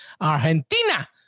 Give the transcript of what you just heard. Argentina